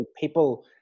people